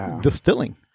distilling